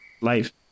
life